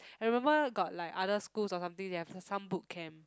I remember got like other schools or something they have some boot camp